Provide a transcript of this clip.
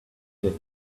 days